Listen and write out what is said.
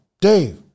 Dave